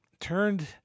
turned